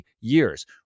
years